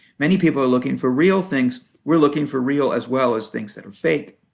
many people are looking for real things. we're looking for real as well as things that are fake.